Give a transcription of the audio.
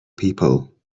people